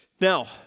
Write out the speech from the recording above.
Now